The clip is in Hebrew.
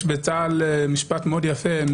יש משפט מאוד יפה,